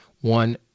one